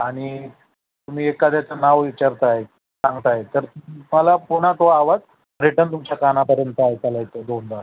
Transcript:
आणि तुम्ही एकाद्याचं नाव विचारताय सांगताय तर तुम्हाला पुन्हा तो आवाज रिटन तुमच्या कानापर्यंत ऐकायला येतो दोनदा